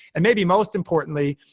and maybe most importantly,